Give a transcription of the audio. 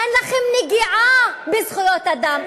אין לכם נגיעה בזכויות אדם.